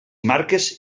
marques